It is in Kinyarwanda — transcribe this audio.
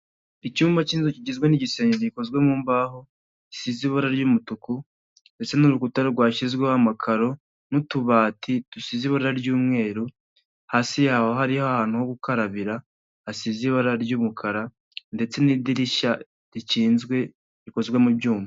Icyumba cy'inzu kigizwe n'igisenge gikozwe mu mbaho gisize ibara ry'umutuku ndetse n'urukuta rwashyizweho amakaro n'utubati dusize ibara ry'umweru hasi yaho hariho ahantu ho gukarabira hasize ibara ry'umukara ndetse n'idirishya rikinzwe rikozwe mu ibyuma.